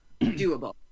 doable